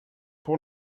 pour